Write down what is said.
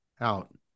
out